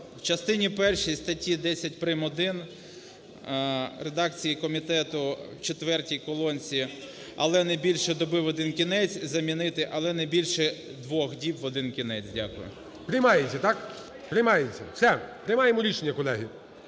В частині першій статті 10 прим.1 в редакції комітету в четвертій колонці "але не більше доби в один кінець" замінити "але не більше двох діб в один кінець". Дякую. ГОЛОВУЮЧИЙ. Приймається, так? Приймається. Все, приймаємо рішення, колеги.